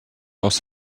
was